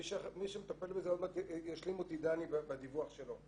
מי שמטפל בזה, עוד פעם ישלים אותי דני בדיווח שלו.